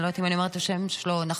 אני לא יודעת אם אני אומרת את השם שלו נכון,